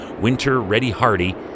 winter-ready-hardy